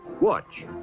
Watch